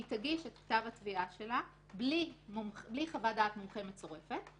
היא תגיש את כתב התביעה בלי חוות דעת מומחה מצורפת.